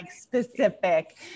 specific